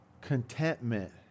Contentment